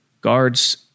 Guards